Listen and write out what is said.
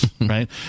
right